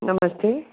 नमस्ते